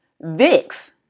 vix